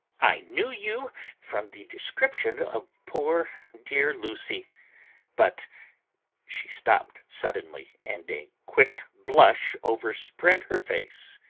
i knew you from the description of poor dear lucy but she stopped suddenly, and a quick blush overspread her face.